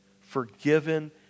forgiven